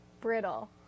Brittle